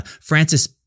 Francis